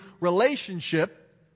Relationship